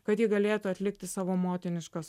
kad ji galėtų atlikti savo motiniškas